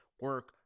Work